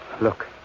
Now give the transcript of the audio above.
Look